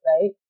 right